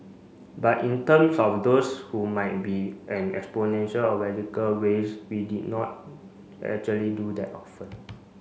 but in terms of those who might be exponential or radical ways we did not actually do that often